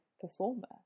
performer